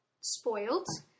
spoiled